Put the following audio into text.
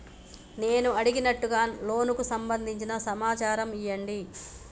నాకు నేను అడిగినట్టుగా లోనుకు సంబందించిన సమాచారం ఇయ్యండి?